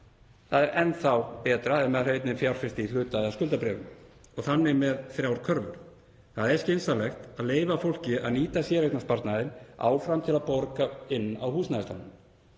Það er enn þá betra ef maður hefur einnig fjárfest í hluta- eða skuldabréfum og er þannig með þrjár körfur. Það er skynsamlegt að leyfa fólki að nýta séreignarsparnaðinn áfram til að borga inn á húsnæðislánin.